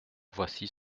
voici